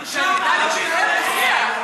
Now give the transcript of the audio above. יאללה,